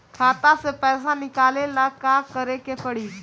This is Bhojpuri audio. खाता से पैसा निकाले ला का करे के पड़ी?